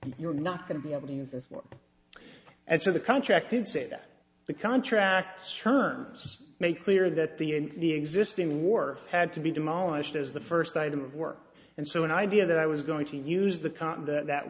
you're not going to be able to use this one and so the contract did say that the contracts terms make clear that the the existing war had to be demolished as the first item of work and so an idea that i was going to use the